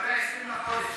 אחרי ה-20 לחודש